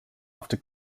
after